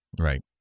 Right